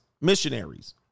missionaries